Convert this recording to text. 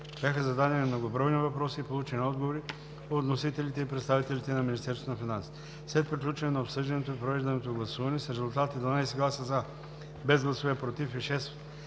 Бяха зададени многобройни въпроси и получени отговори от вносителите и представителите на Министерството на финансите. След приключване на обсъждането и проведеното гласуване с резултати: 12 гласа „за“, без гласове „против“ и 6